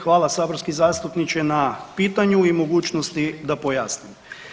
Hvala saborski zastupniče na pitanju i mogućnosti da pojasnim.